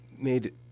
made